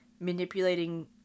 manipulating